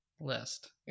list